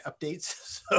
updates